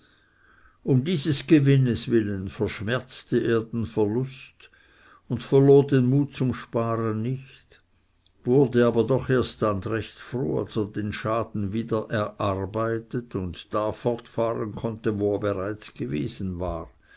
um dieses gewinnes willen verschmerzte er den verlust und verlor den mut zum sparen nicht wurde aber doch erst dann recht froh als er den schaden wieder erarbeitet und da fortfahren konnte wo er bereits gewesen war